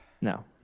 No